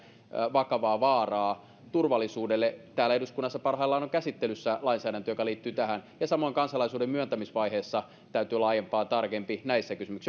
vakavaa vaaraa turvallisuudelle täällä eduskunnassa on parhaillaan käsittelyssä lainsäädäntö joka liittyy tähän samoin kansalaisuudenmyöntämisvaiheessa täytyy olla aiempaa tarkempi näissä kysymyksissä